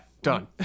Done